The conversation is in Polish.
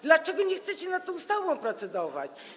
Dlaczego nie chcecie nad tą ustawą procedować?